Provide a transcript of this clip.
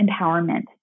empowerment